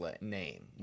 name